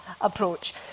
approach